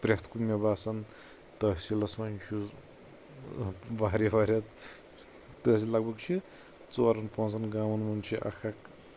پرٛٮ۪تھ کُنہِ مےٚ باسان تحصیٖلس منٛز چھُ واریاہ واریاہ تحصیٖل لگ بگ چھِ ژورن پانٛژھن گامن منٛز چھِ اکھ اکھ